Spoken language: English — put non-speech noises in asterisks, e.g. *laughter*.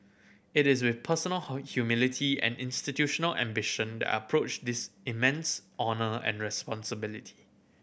it is with personal *unintelligible* humility and institutional ambition that I approach this immense honour and responsibility